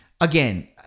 again